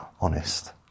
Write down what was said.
honest